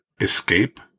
escape